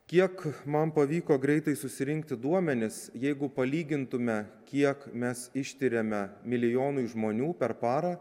kiek man pavyko greitai susirinkti duomenis jeigu palygintume kiek mes ištiriame milijonui žmonių per parą